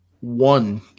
One